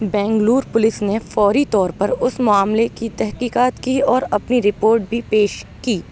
Bangalore police نے فوری طور پر اس معاملے کی تحقیقات کی اور اپنی رپورٹ بھی پیش کی